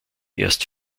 erst